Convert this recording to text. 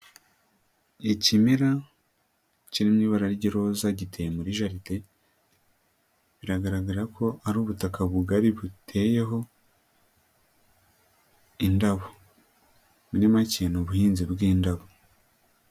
Ni ikimera kiririmo ibara ry' roza giteye muri jaride, biragaragara ko ari ubutaka bugari buteyeho indabo, muri make ni ubuhinzi bw'indabo.